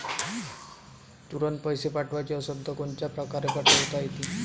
तुरंत पैसे पाठवाचे असन तर कोनच्या परकारे पाठोता येईन?